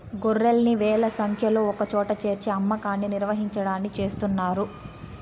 గొర్రెల్ని వేల సంఖ్యలో ఒకచోట చేర్చి అమ్మకాన్ని నిర్వహించడాన్ని చేస్తున్నారు